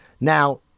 Now